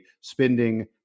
spending